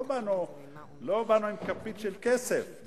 לא באנו עם כפית של כסף.